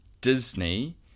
Disney